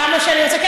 כמה שאני רוצה,